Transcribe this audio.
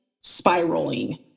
spiraling